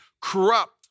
corrupt